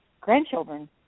grandchildren